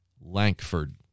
Lankford